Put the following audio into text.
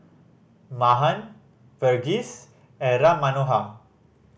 Mahan Verghese and Ram Manohar